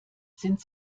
sind